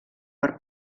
per